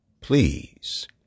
Please